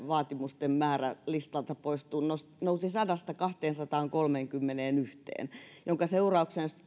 vaatimusten määrä listalta poistamisesta nousi sadasta kahteensataankolmeenkymmeneenyhteen minkä seurauksena